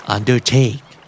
Undertake